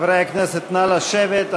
חברי הכנסת, נא לשבת.